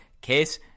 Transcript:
Case